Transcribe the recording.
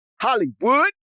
Hollywood